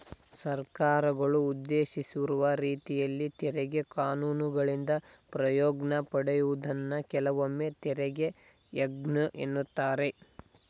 ಸರ್ಕಾರಗಳು ಉದ್ದೇಶಿಸಿರುವ ರೀತಿಯಲ್ಲಿ ತೆರಿಗೆ ಕಾನೂನುಗಳಿಂದ ಪ್ರಯೋಜ್ನ ಪಡೆಯುವುದನ್ನ ಕೆಲವೊಮ್ಮೆತೆರಿಗೆ ಯೋಜ್ನೆ ಎನ್ನುತ್ತಾರೆ